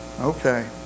Okay